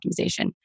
optimization